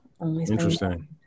interesting